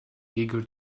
eager